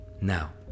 Now